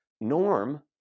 Norm